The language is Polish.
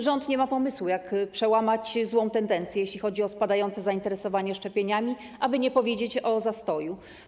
Rząd nie ma pomysłu, jak przełamać złą tendencję, jeśli chodzi o spadające zainteresowanie szczepieniami, aby nie powiedzieć: zastój.